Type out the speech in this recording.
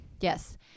Yes